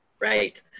Right